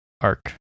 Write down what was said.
arc